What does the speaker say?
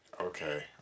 Okay